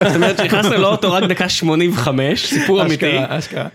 זאת אומרת שהכנסנו לאוטו רק בדקה שמונים וחמש, סיפור אמיתי. אשכרה